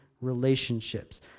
relationships